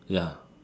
ya